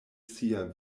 sia